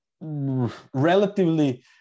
relatively